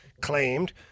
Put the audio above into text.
claimed